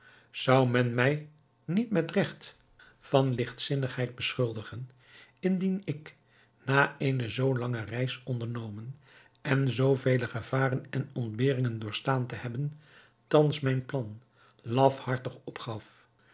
zou men mij niet met regt van ligtzinnigheid beschuldigen indien ik na eene zoo lange reis ondernomen en zoo vele gevaren en ontberingen doorgestaan te hebben thans mijn plan lafhartig opgaf